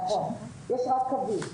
נכון, יש רק קווי.